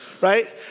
right